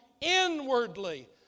inwardly